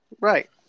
right